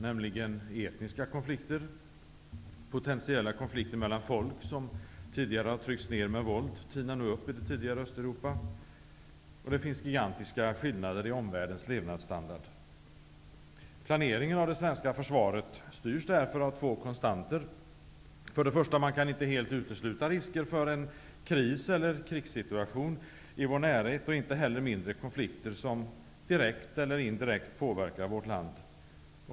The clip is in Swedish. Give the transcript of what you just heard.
Det är etniska konflikter, dvs. potentiella konflikter mellan folk som tidigare har tryckts ned med våld ''tinar nu upp'' i det tidigare Östeuropa. Det finns gigantiska skillnader i omvärldens levnadsstandard. Planeringen av det svenska försvaret styrs därför av två konstanter. För det första kan man inte helt utesluta risker för en kris eller krigssituation i vår närhet och inte heller mindre konflikter som direkt eller indirekt påverkar vårt land.